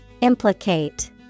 Implicate